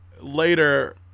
Later